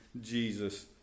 Jesus